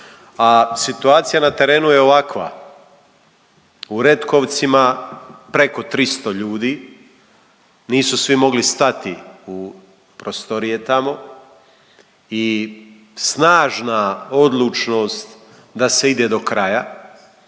a situacija na terenu je ovakva. U Retkovcima preko 300 ljudi. Nisu svi mogli stati u prostorije tamo i snažna odlučnost da se ide do kraja.